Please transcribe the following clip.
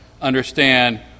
understand